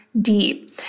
deep